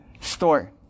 store